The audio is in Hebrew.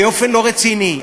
באופן לא רציני.